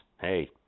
hey